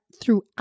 throughout